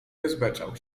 rozbeczał